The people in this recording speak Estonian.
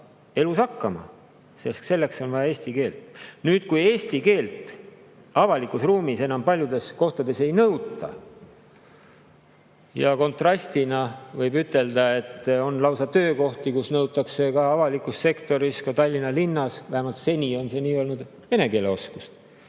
elus hakkama, sest selleks on vaja eesti keelt. Kui eesti keelt avalikus ruumis enam paljudes kohtades ei nõuta … Kontrastina võib ütelda, et on lausa töökohti, kus nõutakse avalikus sektoris – ka Tallinna linnas, vähemalt seni on see nii olnud – vene keele oskust.